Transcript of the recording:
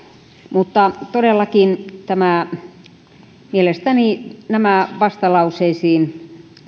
mutta todellakin mielestäni nämä vastalauseisiin